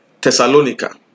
Thessalonica